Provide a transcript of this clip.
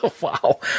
Wow